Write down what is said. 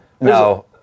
no